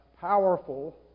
powerful